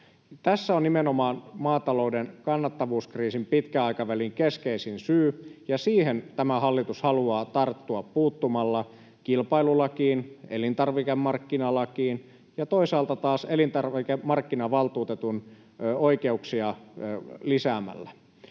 tässä on maatalouden kannattavuuskriisin pitkän aikavälin keskeisin syy, ja siihen tämä hallitus haluaa tarttua puuttumalla kilpailulakiin, elintarvikemarkkinalakiin ja toisaalta taas elintarvikemarkkinavaltuutetun oikeuksia lisäämällä.